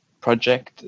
project